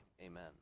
amen